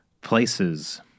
places